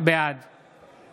בעד